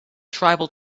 tribal